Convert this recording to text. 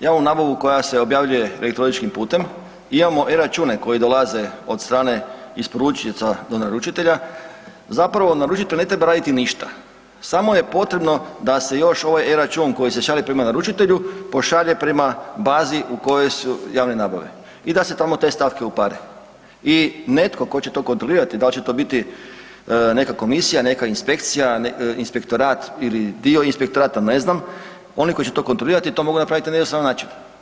javnu nabavu koja se objavljuje elektroničkim putem, imamo e-račune koji dolaze od strane isporučioca do naručitelja, zapravo naručitelj ne treba raditi ništa samo je potrebno da se još ovaj e-račun koji se šalje prema naručitelju pošalje prema bazi u kojoj su javne nabave i da se tamo te stavke upare i netko ko će to kontrolirati, dal će to biti neka komisija, neka inspekcija, inspektorat ili dio inspektorata, ne znam, oni koji će to kontrolirati to mogu napraviti na jednostavan način.